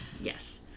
Yes